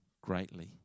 greatly